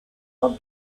for